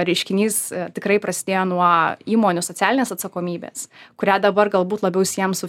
reiškinys tikrai prasidėjo nuo įmonių socialinės atsakomybės kurią dabar galbūt labiau siejam su